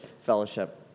fellowship